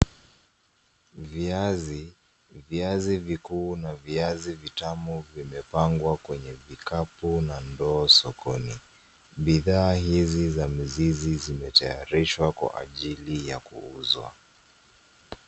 Viazi, viazi vikuu na viazi vitamu vimepangwa kwenye vikapu na ndoo sokoni. Bidhaa hizi za mizizi zimetayarishwa kwa ajili ya kuuzwa.